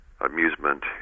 Amusement